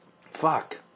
Fuck